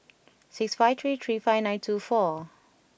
six five three three five nine two four